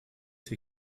dir